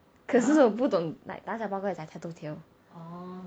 可是我不懂 like 打小报告 is like tattletale